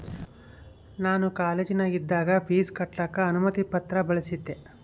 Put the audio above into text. ನಾನು ಕಾಲೇಜಿನಗಿದ್ದಾಗ ಪೀಜ್ ಕಟ್ಟಕ ಅನುಮತಿ ಪತ್ರ ಬಳಿಸಿದ್ದೆ